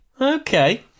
Okay